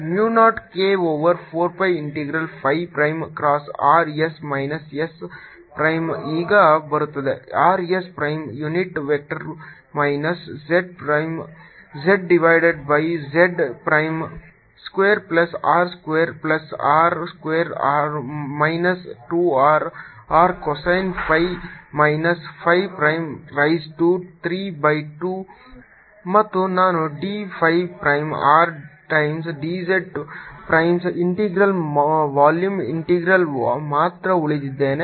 Mu 0 k over 4 pi integral phi prime cross r s minus s prime ಈಗ ಬರುತ್ತದೆ R s prime unit vector minus z prime z divided by z prime square plus R square plus r square minus 2 R r cosine phi minus phi prime raise to 3 by 2 ಮತ್ತು ನಾನು d phi prime R times dz prime integral volume integral ಮಾತ್ರ ಉಳಿದಿದ್ದೇನೆ